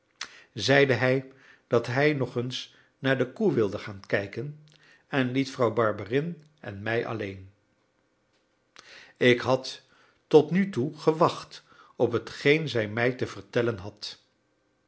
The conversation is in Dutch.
zeide hij dat hij nog eens naar de koe wilde gaan kijken en liet vrouw barberin en mij alleen ik had tot nu toe gewacht op hetgeen zij mij te vertellen had